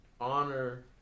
honor